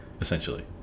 essentially